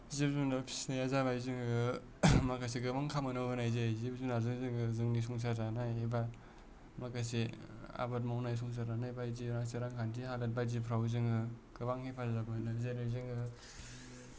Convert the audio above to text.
जिब जुनार फिसिनाया जाबाय जोङो माखासे गोबां खामानियाव होनाय जायो जिब जुनारजों जोङो जोंनि संसार जानाय एबा माखासे आबाद मावनाय संसार जानाय बायदि माखासे रांखान्थि हालोद बायदिफ्राव जोङो गोबां हेफाजाब मोनो जेरै जोङो